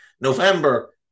November